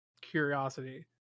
curiosity